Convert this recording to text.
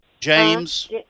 James